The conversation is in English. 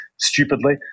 stupidly